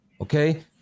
okay